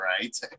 right